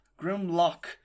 Grimlock